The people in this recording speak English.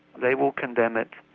they will condemn it,